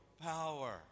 power